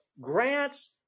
grants